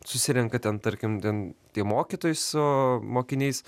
susirenka ten tarkim ten tie mokytojai su mokiniais